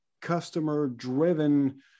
customer-driven